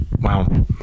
Wow